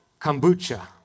kombucha